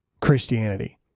Christianity